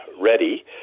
ready